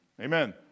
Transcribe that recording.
Amen